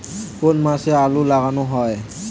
কোন মাসে আলু লাগানো হয়?